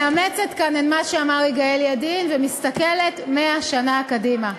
מאמצת כאן את מה שאמר יגאל ידין ומסתכלת 100 שנה קדימה.